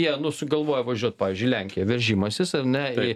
jie nu sugalvoja važiuot pavyzdžiui į lenkiją veržimasis ar ne